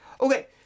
Okay